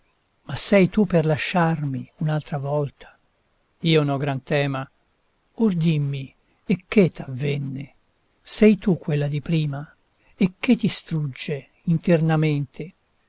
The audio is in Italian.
ma sei tu per lasciarmi un'altra volta io n'ho gran tema or dimmi e che t'avvenne sei tu quella di prima e che ti strugge internamente